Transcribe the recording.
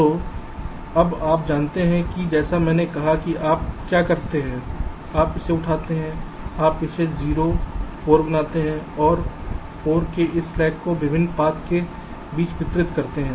तो अब आप जानते हैं कि जैसा मैंने कहा आप क्या करते हैं आप इसे उठाते हैं आप इसे 0 4 बनाते हैं और 4 के इस स्लैक को विभिन्न पाथ के बीच वितरित करते हैं